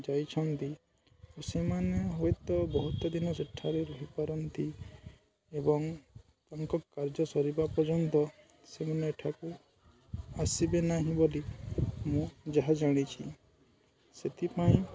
ଯାଇଛନ୍ତି ଓ ସେମାନେ ହୁଏତଃ ବହୁତ ଦିନ ସେଠାରେ ରହିପାରନ୍ତି ଏବଂ ତାଙ୍କ କାର୍ଯ୍ୟ ସରିବା ପର୍ଯ୍ୟନ୍ତ ସେମାନେ ଏଠାକୁ ଆସିବେ ନାହିଁ ବୋଲି ମୁଁ ଯାହା ଜାଣିଛି ସେଥିପାଇଁ